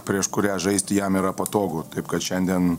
prieš kurią žaisti jam yra patogu taip kad šiandien